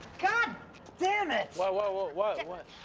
god damn it. what, what, what, what, what?